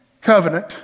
covenant